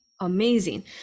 amazing